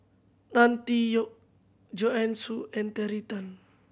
Tan Tee Yoke Joanne Soo and Terry Tan